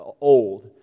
old